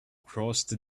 crossed